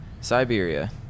Siberia